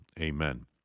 Amen